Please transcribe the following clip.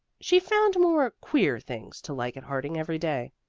she found more queer things to like at harding every day,